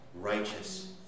righteous